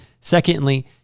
secondly